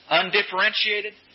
undifferentiated